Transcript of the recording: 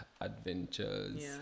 adventures